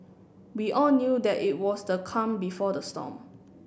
we all knew that it was the calm before the storm